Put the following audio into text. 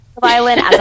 violin